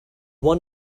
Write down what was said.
one